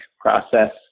process